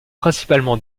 principalement